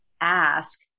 ask